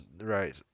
right